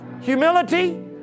humility